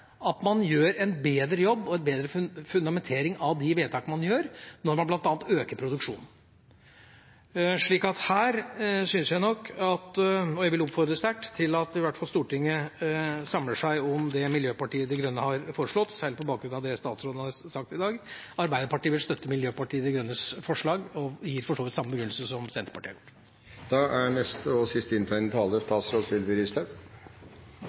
at man gjør en bedre jobb og en bedre fundamentering av de vedtakene man gjør, når man bl.a. øker produksjonen. Så her syns jeg nok, og jeg vil oppfordre sterkt til, at i hvert fall Stortinget bør samle seg om det Miljøpartiet De Grønne har foreslått, særlig på bakgrunn av det statsråden har sagt i dag. Arbeiderpartiet vil støtte Miljøpartiet De Grønnes forslag, og vi gir for så vidt samme begrunnelse som Senterpartiet har gjort. Jeg er